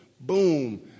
Boom